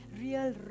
real